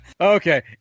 Okay